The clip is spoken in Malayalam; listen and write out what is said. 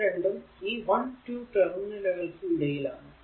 ഇത് രണ്ടും ഈ 1 2 ടെർമിനലുകൾക് ഇടയിൽ ആണ്